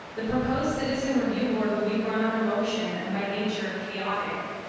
the proposed citizen review board would be run on emotion and by nature chaotic.